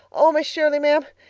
oh, miss shirley, ma'am,